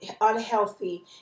unhealthy